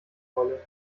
wolle